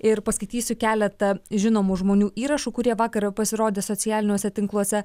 ir paskaitysiu keletą žinomų žmonių įrašų kurie vakar pasirodė socialiniuose tinkluose